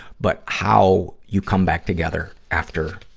but how you come back together after,